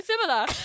similar